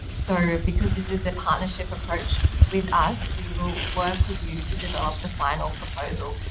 so because this is a partnership approach with us, we will work with you to develop the final proposal.